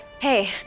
hey